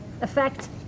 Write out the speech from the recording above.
effect